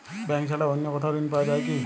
Bank ছাড়া অন্য কোথাও ঋণ পাওয়া যায় কি?